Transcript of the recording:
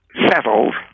settled